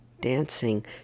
dancing